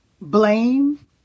blame